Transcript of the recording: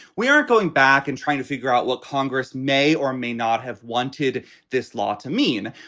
we are going back and trying to figure out what congress may or may not have wanted this law to mean.